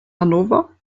hannover